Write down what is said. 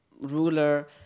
ruler